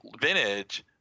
Vintage